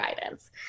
guidance